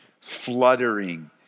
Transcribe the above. fluttering